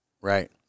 Right